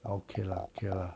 okay lah okay lah